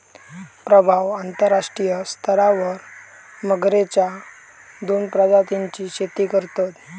प्रभाव अंतरराष्ट्रीय स्तरावर मगरेच्या दोन प्रजातींची शेती करतत